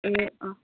ए अँ